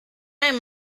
him